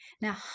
Now